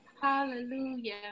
Hallelujah